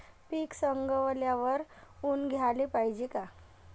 पीक सवंगल्यावर ऊन द्याले पायजे का?